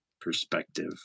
perspective